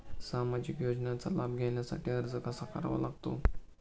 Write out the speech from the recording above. सामाजिक योजनांचा लाभ घेण्यासाठी अर्ज कसा करावा लागतो?